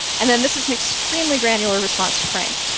and then, this is an extremely granular response to frank.